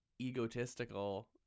egotistical